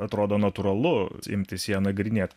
atrodo natūralu imtis ją nagrinėt